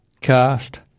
cast